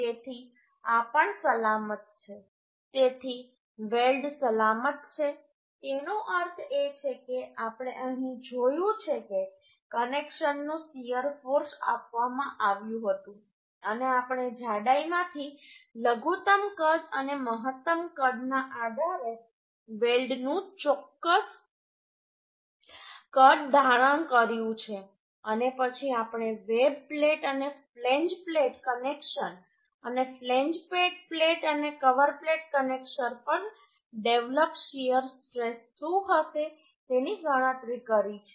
તેથી આ પણ સલામત છે તેથી વેલ્ડ સલામત છે તેનો અર્થ એ છે કે આપણે અહીં જોયું છે કે કનેક્શનનું શીયર ફોર્સ આપવામાં આવ્યું હતું અને આપણે જાડાઈમાંથી લઘુત્તમ કદ અને મહત્તમ કદના આધારે વેલ્ડનું ચોક્કસ કદ ધારણ કર્યું છે અને પછી આપણે વેબ પ્લેટ અને ફ્લેંજ પ્લેટ કનેક્શન અને ફ્લેંજ પ્લેટ અને કવર પ્લેટ કનેક્શન પર ડેવલપ શીયર સ્ટ્રેસ શું હશે તેની ગણતરી કરી છે